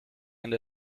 end